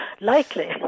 likely